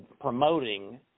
promoting